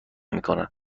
میکنن